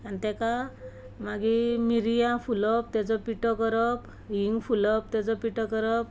आनी तेका मागीर मिऱ्यां फुलोवप तेंचो पिठो करप हींग फुलोवप तेचो पिठो करप